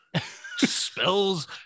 spells